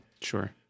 Sure